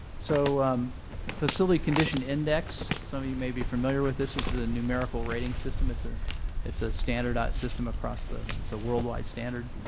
so um facility condition index, some of you maybe familiar with this. this is a numerical rating system. it's ah it's a standardized system across the it's a worldwide standard.